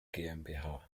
gmbh